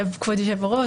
כבוד יושב-הראש,